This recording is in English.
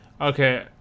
Okay